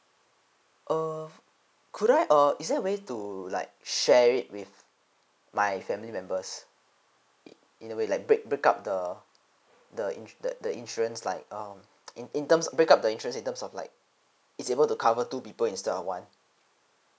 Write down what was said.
err could I uh is there a way to like share it with my family members in in a way like break break up the the in the the insurance like um in in terms break up the insurance in terms of like it's able to cover two people instead of one